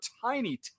tiny